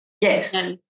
Yes